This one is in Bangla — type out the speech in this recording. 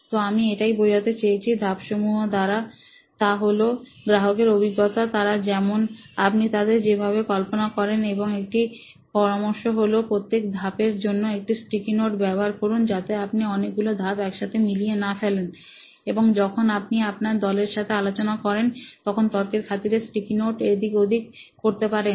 তো আমি এটাই বোঝাতে চেয়েছি ধাপসমূহ দ্বারা তা হল গ্রাহকের অভিজ্ঞতা তারা যেমন আপনি তাদের যেভাবে কল্পনা করেন এবং একটা পরামর্শ হলো প্রত্যেক ধাপের জন্য একটি স্টিকি নোটস ব্যবহার করুন যাতে আপনি অনেকগুলো ধাপ একসাথে মিলিয়ে না ফেলেন এবং যখন আপনি আপনার দলের সাথে আলোচনা করেন তখন তর্কের খাতিরে স্টিকি নোটস এদিক ওদিক করতে পারেন